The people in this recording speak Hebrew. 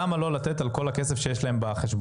למה לא לתת על כל הכסף שיש להם בחשבון?